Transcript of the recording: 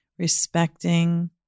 respecting